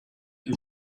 her